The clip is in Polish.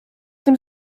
tym